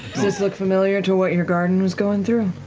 this look familiar to what your garden was going through?